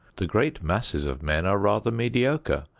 the great masses of men are rather mediocre,